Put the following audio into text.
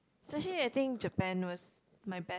especially I think Japan was my be~